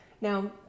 Now